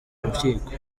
urukiko